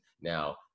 Now